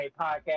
podcast